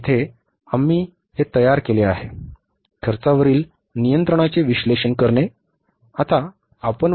येथे आम्ही हे तयार केले आहे खर्चावरील नियंत्रणाचे विश्लेषण करणे